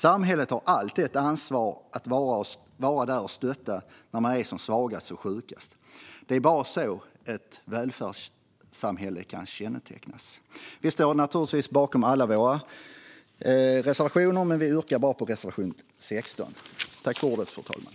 Samhället har alltid ett ansvar att vara på plats och stötta när man är som svagast och sjukast. Det är bara så ett välfärdssamhälle kan kännetecknas. Vi står naturligtvis bakom alla våra reservationer, men jag yrkar bifall endast till reservation 16.